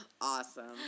Awesome